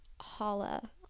Holla